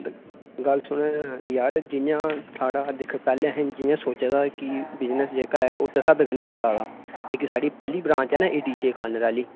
गल्ल सुन यार जियां साढ़ा हा दिक्ख पैह्लें जियां सोचे दा हा कि बिजनस जेह्का ऐ उस स्हाबै चला दा इक साढ़ी पैह्ली ब्रांच ऐ ना एडीशेक आनर आह्ली ओह् ते